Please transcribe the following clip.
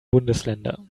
bundesländer